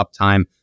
uptime